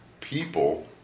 people